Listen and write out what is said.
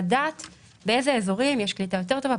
לדעת באיזה אזורים יש קליטה יותר טובה,